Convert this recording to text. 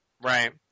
Right